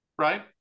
right